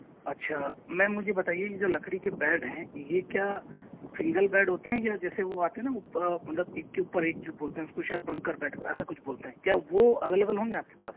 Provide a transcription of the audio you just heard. अच्छा मैम मुझे बताइए ये जो लकड़ी के बैड हैं ये क्या सिंगल बैड होते हैं या जैसे वो आते हैं ना मतलब एक के ऊपर एक जो बोलते हैं उस को शायद बंकर बैड ऐसा कुछ बोलते हैं उस को क्या वो अवेलेबल होंगे आप के पास